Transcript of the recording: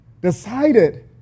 decided